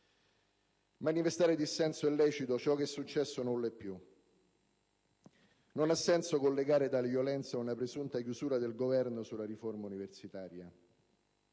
Manifestare un dissenso è lecito, ciò che è successo non lo è più. Non ha senso collegare tale violenza ad una presunta chiusura del Governo sulla riforma universitaria